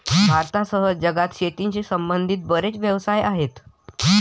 भारतासह जगात शेतीशी संबंधित बरेच व्यवसाय आहेत